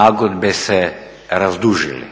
nagodbe se razdužili.